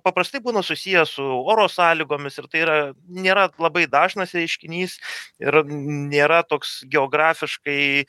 paprastai būna susiję su oro sąlygomis ir tai yra nėra labai dažnas reiškinys ir nėra toks geografiškai